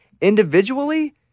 Individually